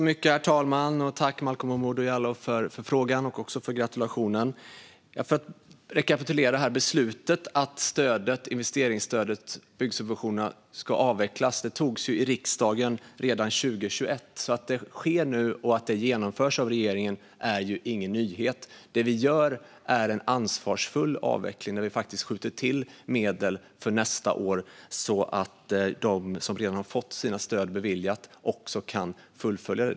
Herr talman! Tack, Malcolm Momodou Jallow, för frågan och gratulationen! Låt mig rekapitulera lite. Beslutet om att investeringsstödet och byggsubventionerna skulle avvecklas togs i riksdagen redan 2021. Att detta nu genomförs av regeringen är ingen nyhet. Det vi gör är en ansvarsfull avveckling där vi faktiskt skjuter till medel för nästa år, så att de som redan har fått stöd beviljat kan fullfölja sitt projekt.